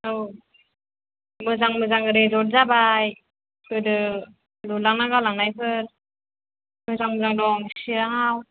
औ मोजां मोजां रिर्जट जाबाय गोदो लुलांना गालांनायफोर मोजां मोजां दं चिराङाव